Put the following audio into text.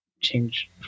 change